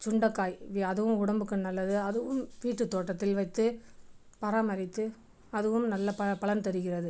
சுண்டைக்காய் வி அதுவும் உடம்புக்கு நல்லது அதுவும் வீட்டு தோட்டத்தில் வைத்து பராமரித்து அதுவும் நல்ல ப பலன் தருகிறது